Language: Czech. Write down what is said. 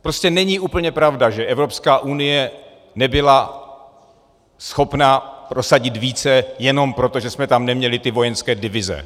Prostě není úplně pravda, že Evropská unie nebyla schopna prosadit více jenom proto, že jsme tam neměli ty vojenské divize.